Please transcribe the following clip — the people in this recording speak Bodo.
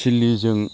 सिलिजों